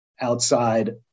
outside